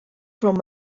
from